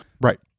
Right